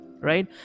right